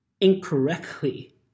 incorrectly